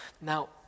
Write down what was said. Now